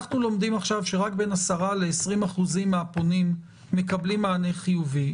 אנחנו לומדים עכשיו שרק בין 10% ל-20% מהפונים מקבלים מענה חיובי.